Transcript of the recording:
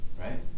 Right